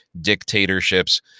dictatorships